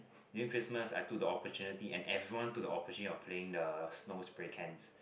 during Christmas I took the opportunity and everyone took the opportunity of playing the snow spray cans